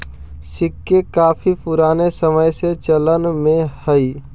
सिक्के काफी पूराने समय से चलन में हई